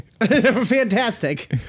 Fantastic